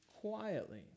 quietly